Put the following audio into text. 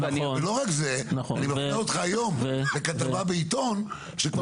אני מפנה אותך היום לכתבה בעיתון שכבר